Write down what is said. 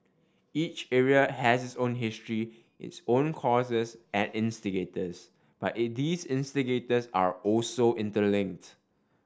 each area has its own history its own causes and instigators but these instigators are also interlinked